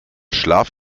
schlaf